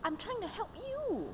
I'm trying to help you